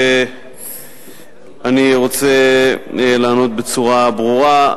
אני רוצה לענות בצורה ברורה,